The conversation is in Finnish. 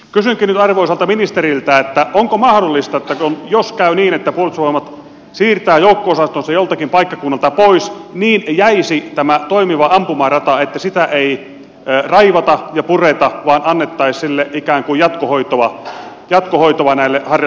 kysynkin nyt arvoisalta ministeriltä onko mahdollista jos käy niin että puolustusvoimat siirtää joukko osastonsa joltakin paikkakunnalta pois että jäisi tämä toimiva ampumarata että sitä ei raivata ja pureta vaan annettaisiin sillä ikään kuin jatkohoitoa näille harrastajille